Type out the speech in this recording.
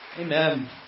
Amen